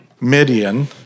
Midian